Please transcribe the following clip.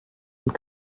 und